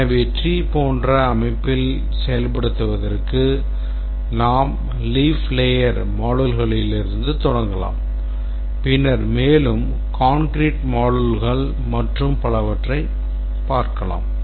எனவே tree அமைப்பில் செயல்படுத்துவதற்கு நாம் leaf layer moduleகளிலிருந்து தொடங்கலாம் பின்னர் மேலும் concrete modules மற்றும் பலவற்றைப் பார்க்கலாம்